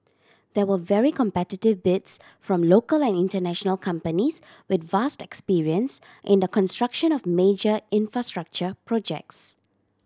there were very competitive bids from local and international companies with vast experience in the construction of major infrastructure projects